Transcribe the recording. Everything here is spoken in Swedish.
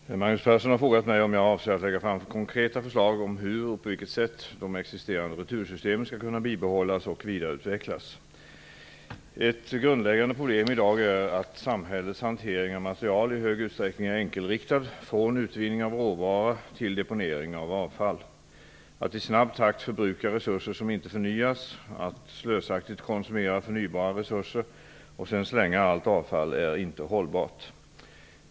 Fru talman! Magnus Persson har frågat mig om jag avser att lägga fram konkreta förslag om hur och på vilket sätt de existerande retursystemen skall kunna bibehållas och vidareutvecklas. Ett grundläggande problem i dag är att samhällets hantering av material i hög utsträckning är enkelriktad från utvinning av råvara till deponering av avfall. Att i snabb takt förbruka resurser som inte förnyas, att slösaktigt konsumera f örnybara resurser och sedan slänga allt avfall är inte hållbart.